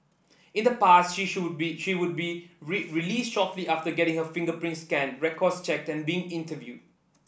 in the past she should be she would be released shortly after getting her fingerprints scanned records checked and being interviewed